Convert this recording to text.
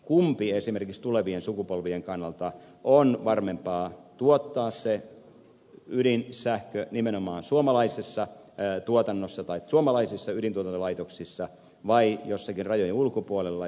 kumpi esimerkiksi tulevien sukupolvien kannalta on varmempaa tuottaa se ydinsähkö nimenomaan suomalaisissa ydintuotantolaitoksissa vai jossakin rajojen ulkopuolella